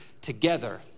together